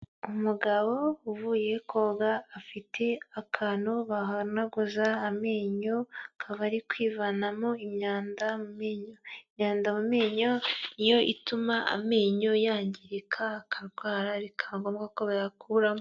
Umugabo uvuye koga, afite akantu bahanaguza amenyo, akaba ari kwivanamo imyanda mu menyo, imyanda mu menyo niyo ituma amenyo yangirika, akarwara bika ngombwa ko bayakuramo.